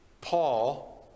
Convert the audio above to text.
Paul